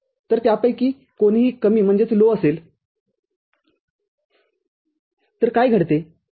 तर त्यापैकी कोणीही कमी असेल तर काय घडते